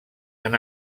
han